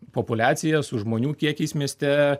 populiacija su žmonių kiekiais mieste